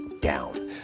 down